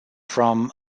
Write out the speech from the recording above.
from